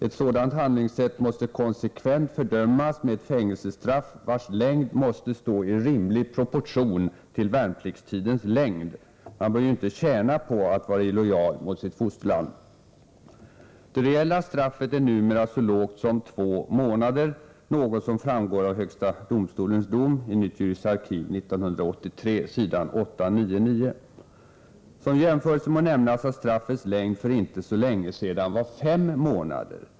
Ett sådant handlingssätt måste konsekvent fördömas med ett fängelsestraff vars längd måste stå i rimlig proportion till värnpliktstidens längd. Man bör ju inte tjäna på att vara illojal mot sitt fosterland. Det reella straffet är numera så lågt som två månader, något som framgår av högsta domstolens dom i Nytt juridiskt arkiv 1983 s. 899. Som jämförelse må nämnas att straffets längd för inte så länge sedan var fem månader.